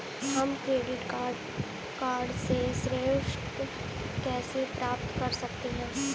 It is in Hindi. हम क्रेडिट कार्ड से ऋण कैसे प्राप्त कर सकते हैं?